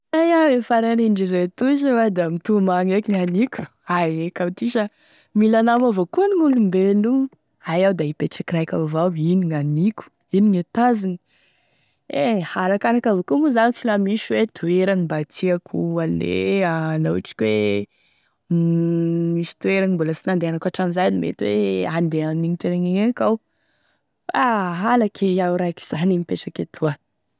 La iaho e farany indrindra etoa sa hoa da mitomagny eky, gn'aniko aia eky iaho ty sha, mila nama avao koa gn'olombelo io, aia iaho da ipetraky raiky avao, ino gnaniko, ino gne mitazogny, eh arakaraky avao koa moa zany sh la misy hoe toeragny mba tiako alea la ohatry koe oh misy toeragny mbola sy nandehanako hatramizay da mety hoe handeha amin'igny toeragny igny eky iaho, ah halako e iaho raiky zany e mipetraky etoa.